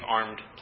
armed